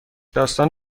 داستان